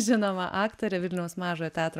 žinoma aktorė vilniaus mažojo teatro